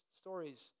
stories